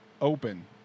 open